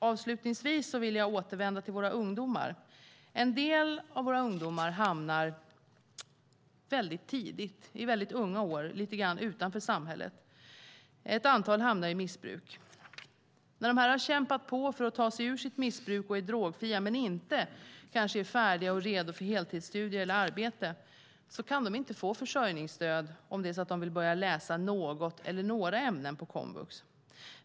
Avslutningsvis vill jag återvända till våra ungdomar. En del av våra ungdomar hamnar i mycket unga år lite grann utanför samhället. Ett antal hamnar i missbruk. När de har kämpat på för att ta sig ur sitt missbruk och är drogfria men kanske inte är färdiga och redo för heltidsstudier eller arbete kan de inte få försörjningsstöd om de vill börja läsa något eller några ämnen på komvux.